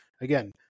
again